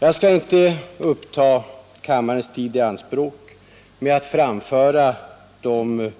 Jag skall nu inte ta kammarens tid i anspråk med att anföra de